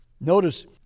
Notice